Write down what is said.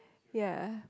ya